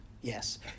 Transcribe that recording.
Yes